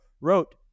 wrote